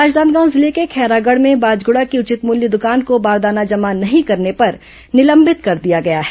राजनांदगांव जिले के खैरागढ़ में बाजगुड़ा की उचित मूल्य दुकान को बारदाना जमा नहीं करने पर निलंबित कर दिया गया है